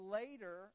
later